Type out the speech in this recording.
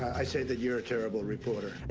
i say that you're a terrible reporter.